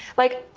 like,